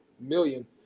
million